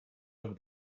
over